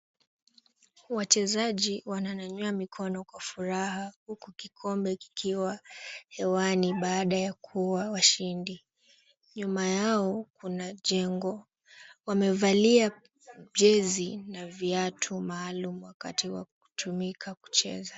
Wachezaji wananyanyua mikono kwa furaha huku kikombe kikiwa hewani baada ya kuwa washindi. Nyuma yao kuna jengo. Wamevalia jezi na viatu maalum wakati wa kutumika kucheza.